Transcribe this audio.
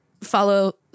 follow